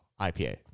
IPA